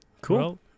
Cool